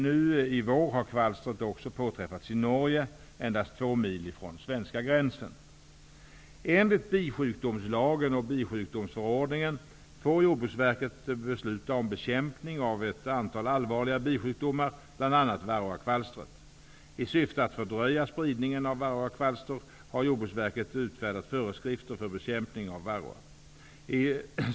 Nu i vår har kvalstret också påträffats i Norge, endast två mil från den svenska gränsen. Enligt bisjukdomslagen och bisjukdomsförordningen får Jordbruksverket besluta om bekämpning av ett antal allvarliga bisjukdomar, bl.a. varroakvalstret. I syfte att fördröja spridningen av varroakvalster har Jordbruksverket utfärdat föreskrifter för bekämpning av varroa.